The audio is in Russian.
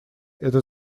это